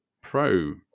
Pro